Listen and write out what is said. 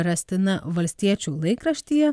rastina valstiečių laikraštyje